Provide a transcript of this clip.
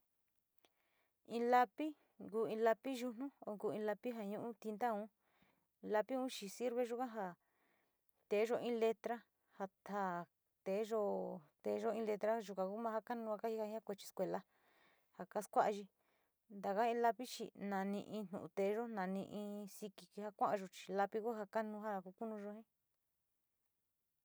In lapi ku in lapi yutnu, ku in lapi ja nu´u tintaun lapiun xi sirve yoga jaa teeyo in letra teeyo, teeyo in letra yuka ku maa ja kanuu ja kajika ja kuechi ji escuela, ja kas koayi taga in lapi chi nami un ju´u teeyo, nani in siki ja kua´ayo lapi ku ja kanu ja konuyo ji.